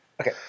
Okay